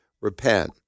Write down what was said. repent